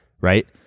Right